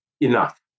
enough